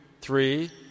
three